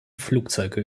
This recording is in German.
flugzeuge